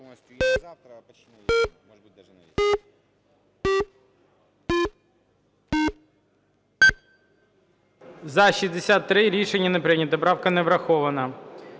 За-63 Рішення не прийнято. Правка не врахована.